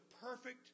perfect